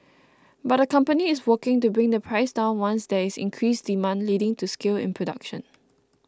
but the company is working to bring the price down once there is increased demand leading to scale in production